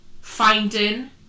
Finding